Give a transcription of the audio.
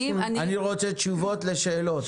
אני רוצה תשובות לשאלות.